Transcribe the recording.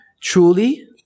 truly